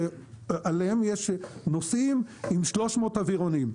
שעליהם יש נוסעים עם 300 אווירונים.